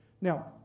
Now